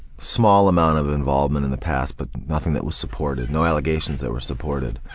small amount of involvement in the past but nothing that was supported, no allegations that were supported.